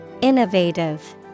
Innovative